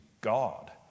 God